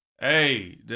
hey